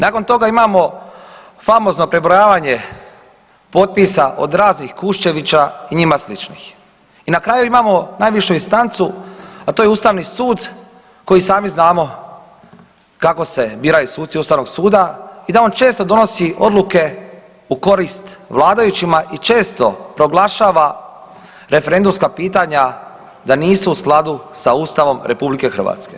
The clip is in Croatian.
Nakon toga imamo famozno prebrojavanje potpisa od raznih Kuščevića i njima sličnih i na kraju imamo najvišu instancu, a to je Ustavni sud koji sami znamo kako se biraju suci Ustavnog suda i da on često donosi odluke u korist vladajućima i često proglašava referendumska pitanja da nisu skladu sa Ustavom RH.